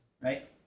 right